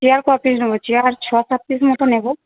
chair ক piece নেব chair ছ সাত পিস মতো নেব